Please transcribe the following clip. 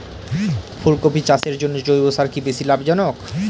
ফুলকপি চাষের জন্য জৈব সার কি বেশী লাভজনক?